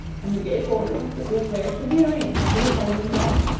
and he gave orders that the affair should be arranged for the following day.